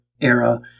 era